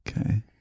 Okay